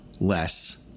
less